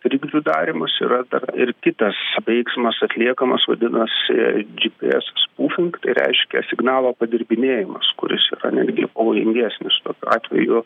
trikdžių darymas yra dar ir kitas veiksmas atliekamas vadinasi gpsas pushing tai reiškia signalo padirbinėjimas kuris yra netgi pavojingesnis tokiu atveju